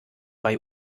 bei